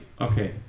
Okay